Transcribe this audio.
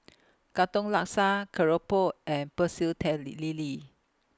Katong Laksa Keropok and Pecel tail Lee Lele